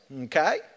okay